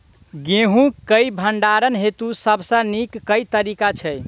गेंहूँ केँ भण्डारण हेतु सबसँ नीक केँ तरीका छै?